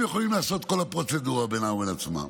הם יכולים לעשות את כל הפרוצדורה בינם לבין עצמם.